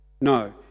No